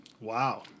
Wow